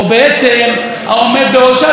או בעצם העומד בראשה,